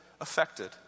affected